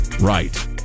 Right